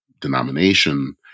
denomination